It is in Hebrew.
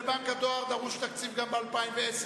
לבנק הדואר דרוש תקציב גם ב-2010.